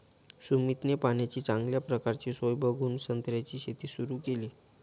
सुमितने पाण्याची चांगल्या प्रकारची सोय बघून संत्र्याची शेती सुरु केली